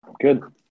Good